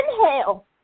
inhale